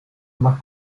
más